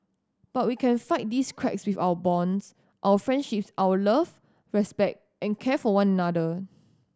but we can fight these cracks with our bonds our friendships our love respect and care for one another